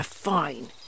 Fine